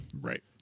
Right